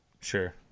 Sure